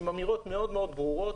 עם אמירות מאוד מאוד ברורות,